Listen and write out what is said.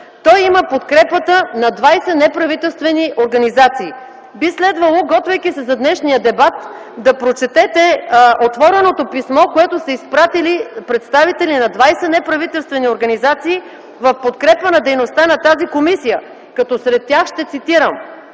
той има подкрепата на 20 неправителствени организации. Би следвало, готвейки се за днешния дебат, да прочетете отвореното писмо, което са изпратили представители на 20 неправителствени организации в подкрепа на дейността на тази комисия, като сред тях ще цитирам: